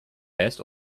best